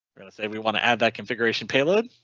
going to say we want to add that configuration payload.